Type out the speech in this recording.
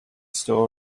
still